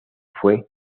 fue